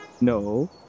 no